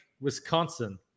Wisconsin